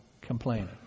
complaining